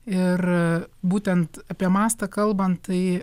ir būtent apie mastą kalbant tai